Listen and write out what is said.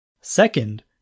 Second